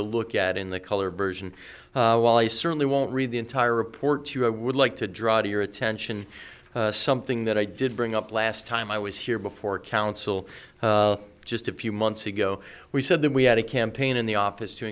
to look at in the color version while i certainly won't read the entire report to you i would like to draw to your attention something that i did bring up last time i was here before council just a few months ago we said that we had a campaign in the office to